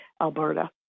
Alberta